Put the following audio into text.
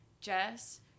Jess